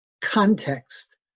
context